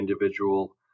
individual